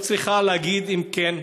או צריכה להגיד אם כן.